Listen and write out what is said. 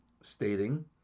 stating